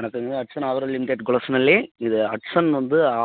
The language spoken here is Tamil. வணக்கங்க ஹட்ஸ்சன் அக்ரோ லிமிட்டெட் கொலஸ்னல்லே இது ஹட்ஸ்சன் வந்து அ